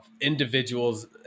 individuals